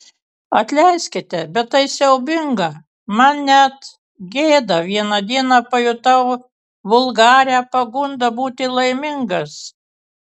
atleiskite bet tai siaubinga man net gėda vieną dieną pajutau vulgarią pagundą būti laimingas